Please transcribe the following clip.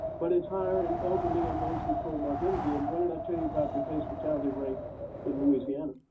but it's higher in elderly and those with comorbidities. and what did i tell you about the case fatality rate in louisiana,